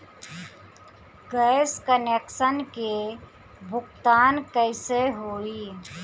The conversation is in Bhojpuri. गैस कनेक्शन के भुगतान कैसे होइ?